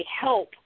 help